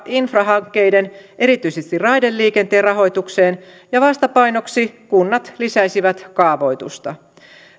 infrahankkeiden erityisesti raideliikenteen rahoitukseen ja vastapainoksi kunnat lisäisivät kaavoitusta